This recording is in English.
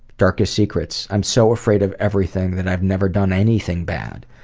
darkest secrets i'm so afraid of everything that i've never done anything bad.